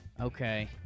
Okay